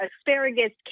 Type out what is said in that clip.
asparagus